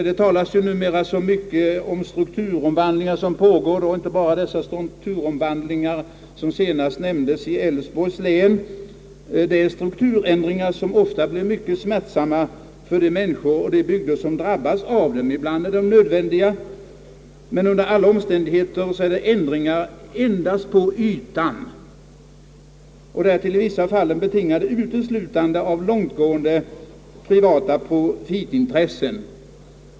Det talas ju numera så mycket om strukturomvandlingar, inte bara dessa strukturomvandlingar i Älvsborgs län som här nämnts, strukturförändringar som ofta blir mycket smärtsamma för de människor och bygder som drabbas av dem, Ibland är de nödvändiga, men det är förändringar endast på ytan som därtill i vissa fall uteslutande är betingade av långtgående privata profitintressen.